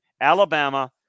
Alabama